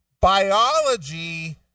biology